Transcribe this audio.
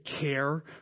care